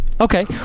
Okay